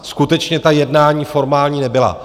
Skutečně ta jednání formální nebyla.